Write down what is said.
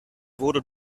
wurde